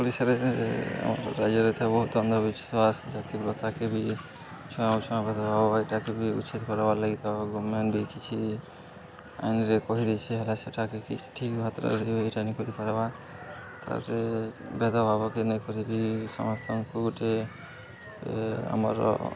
ଓଡ଼ିଶାରେ ଆମ ରାଜ୍ୟରେ ଥାଏ ବହୁତ ଅନ୍ଧବିଶ୍ଵାସ ଜାତିକତାକେ ବି ଛୁଆଁ ଛୁଆ ଭେଦଭାବ ଏଇଟା ବି ଉଚ୍ଛେଦ କର୍ବାର୍ ଲାଗି ତ ଗମେଣ୍ଟ୍ ବି କିଛି ଆଇନ୍ରେ କହିଦେଇଛି ହେଲା ସେଟ୍କେ କିଛି ଠିକ୍ ମାତ୍ରାରେ ରହିବ ଏଇଟା ନେଇକରି କରିବା ତାରେ ଭେଦଭାବକେ ନକ ବି ସମସ୍ତଙ୍କୁ ଗୋଟେ ଆମର